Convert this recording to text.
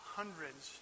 hundreds